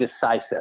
decisive